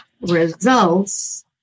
results